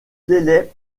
délai